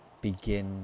begin